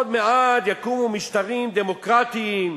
עוד מעט יקומו משטרים דמוקרטיים,